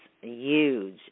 huge